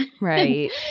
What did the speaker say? Right